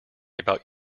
about